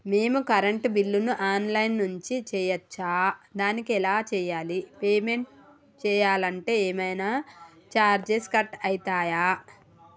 మేము కరెంటు బిల్లును online నుంచి చేయచ్చా? దానికి ఎలా చేయాలి? పేమెంట్ చేయాలంటే ఏమైనా చార్జెస్ కట్ అయితయా?